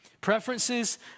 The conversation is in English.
Preferences